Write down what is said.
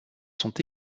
sont